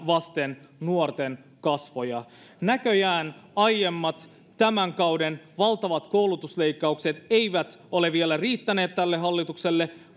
vasten nuorten kasvoja näköjään aiemmat tämän kauden valtavat koulutusleikkaukset eivät ole vielä riittäneet tälle hallitukselle